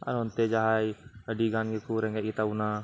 ᱟᱨ ᱚᱱᱛᱮ ᱡᱟᱦᱟᱸᱭ ᱟᱹᱰᱤᱜᱟᱱ ᱜᱮᱠᱚ ᱨᱮᱸᱜᱮᱡ ᱜᱮᱛᱟᱵᱚᱱᱟ